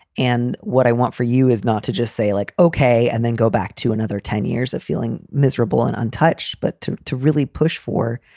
and what i want for you is not to just say like, ok, and then go back to another ten years of feeling miserable and untouched. but to to really push for.